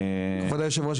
כבוד היושב ראש,